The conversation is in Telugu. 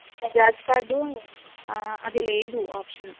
బజాజ్ కార్డు అది లేదు ఆప్షను